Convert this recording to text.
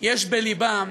יש בלבם,